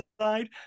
side